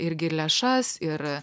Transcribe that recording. irgi lėšas ir